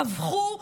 טבחו,